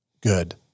good